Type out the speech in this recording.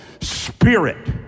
spirit